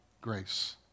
grace